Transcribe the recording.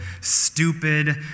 stupid